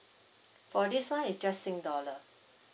for this one it's just sing dollar